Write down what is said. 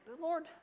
Lord